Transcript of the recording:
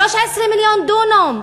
13 מיליון דונם.